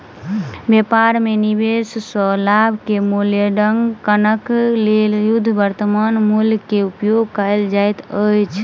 व्यापार में निवेश सॅ लाभ के मूल्याङकनक लेल शुद्ध वर्त्तमान मूल्य के उपयोग कयल जाइत अछि